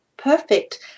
perfect